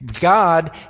God